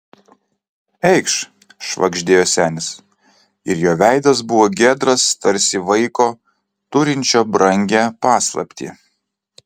eikš švagždėjo senis ir jo veidas buvo giedras tarsi vaiko turinčio brangią paslaptį